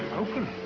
open.